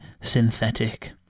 synthetic